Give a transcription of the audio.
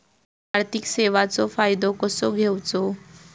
आर्थिक सेवाचो फायदो कसो घेवचो?